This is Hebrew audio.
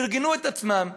ארגנו את עצמם,